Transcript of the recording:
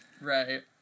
right